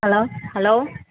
hello hello